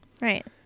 Right